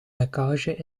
lekkage